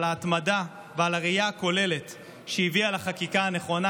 על ההתמדה ועל הראייה הכוללת שהביאה לחקיקה הנכונה.